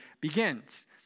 begins